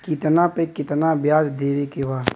कितना पे कितना व्याज देवे के बा?